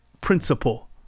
principle